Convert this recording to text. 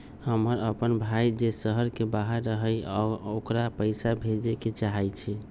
हमर अपन भाई जे शहर के बाहर रहई अ ओकरा पइसा भेजे के चाहई छी